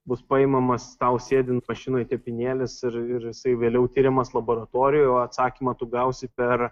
bus paimamas tau sėdint mašinoj tepinėlis ir ir jisai vėliau tiriamas laboratorijoj o atsakymą tu gausi per